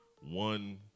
one